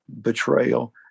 betrayal